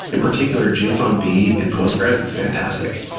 in particular, json b and postgres is fantastic.